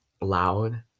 loud